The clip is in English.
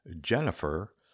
Jennifer